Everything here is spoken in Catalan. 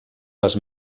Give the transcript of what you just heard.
les